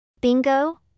Bingo